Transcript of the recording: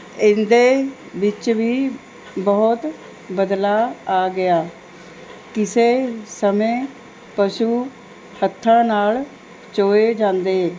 ਇਹਦੇ ਵਿੱਚ ਵੀ ਬਹੁਤ ਬਦਲਾਅ ਆ ਗਿਆ ਕਿਸੇ ਸਮੇਂ ਪਸ਼ੂ ਹੱਥਾਂ ਨਾਲ ਚੋਏ ਜਾਂਦੇ